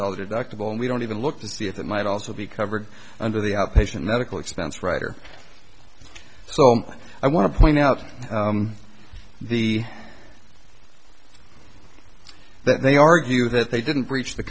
dollars deductible and we don't even look to see if that might also be covered under the outpatient medical expense writer so i want to point out the that they argue that they didn't breach the